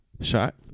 Shot